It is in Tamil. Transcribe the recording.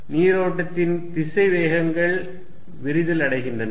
நீரோட்டத்தின் திசை வேகங்கள் விரிதல் அடைகின்றன